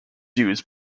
used